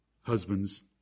husbands